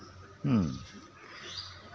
ᱦᱩᱸ ᱦᱮᱸ